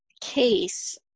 case